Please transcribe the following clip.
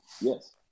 Yes